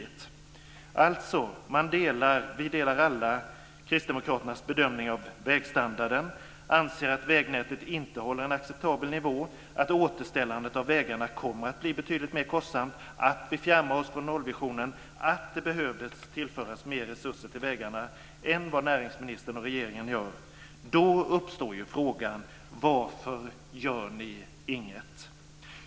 Alla delar kristdemokraternas bedömning av vägstandarden, anser att vägnätet inte håller en acceptabel nivå, att återställandet av vägarna kommer att bli betydligt mer kostsamt, att vi fjärmar oss från nollvisionen och att det behöver tillföras mer resurser till vägarna än vad näringsministern och regeringen gör. Då uppstår ju frågan: Varför gör ni inget?